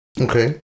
Okay